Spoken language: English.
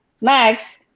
Max